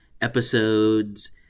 episodes